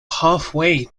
halfway